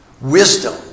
wisdom